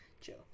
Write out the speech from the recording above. chill